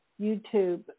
YouTube